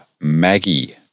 Maggie